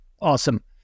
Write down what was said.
awesome